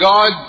God